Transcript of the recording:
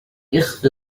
أخفض